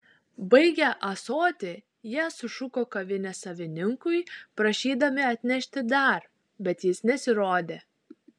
baigę ąsotį jie sušuko kavinės savininkui prašydami atnešti dar bet jis nesirodė